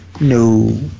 No